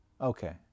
okay